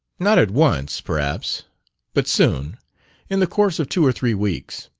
not at once, perhaps but soon in the course of two or three weeks.